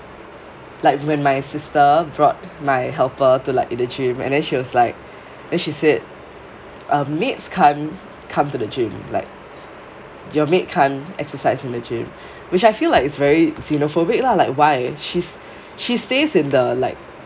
like when my sister brought my helper to like in the gym and then she was like then she said um maids can't come to the gym like your maid can't exercise in the gym which I feel like is very xenophobic lah like why she's she stays in the like